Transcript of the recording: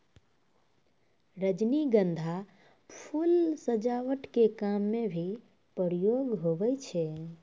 रजनीगंधा फूल सजावट के काम मे भी प्रयोग हुवै छै